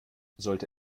sollte